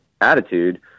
attitude